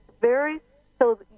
very—so